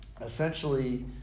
essentially